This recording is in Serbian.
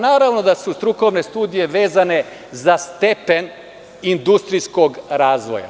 Naravno da su strukovne studije vezane za stepen industrijskog razvoja.